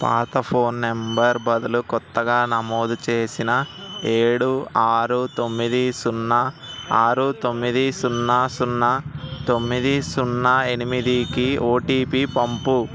పాత phone number బదులు కొత్తగా నమోదు చేసిన ఏడు ఆరు తొమ్మిది సున్నా ఆరు తొమ్మిది సున్నా సున్నా తొమ్మిది సున్నా ఎనిమిదికి ఓటీపీ పంపు